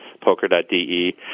poker.de